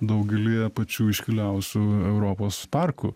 daugelyje pačių iškiliausių europos parkų